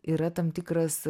yra tam tikras